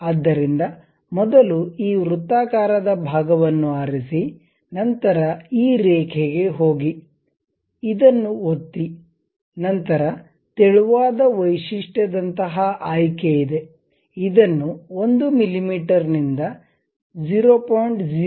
ಆದ್ದರಿಂದ ಮೊದಲು ಈ ವೃತ್ತಾಕಾರದ ಭಾಗವನ್ನು ಆರಿಸಿ ನಂತರ ಈ ರೇಖೆಗೆ ಹೋಗಿ ಇದನ್ನು ಒತ್ತಿ ನಂತರ ತೆಳುವಾದ ವೈಶಿಷ್ಟ್ಯದಂತಹ ಆಯ್ಕೆ ಇದೆ ಇದನ್ನು 1 ಮಿಮೀ ನಿಂದ 0